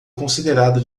considerado